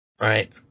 Right